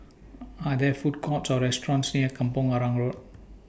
Are There Food Courts Or restaurants near Kampong Arang Road